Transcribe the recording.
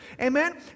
Amen